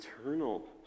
eternal